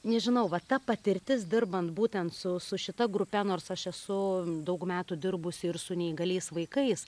nežinau va ta patirtis dirbant būtent su su šita grupe nors aš esu daug metų dirbusi ir su neįgaliais vaikais